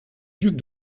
duc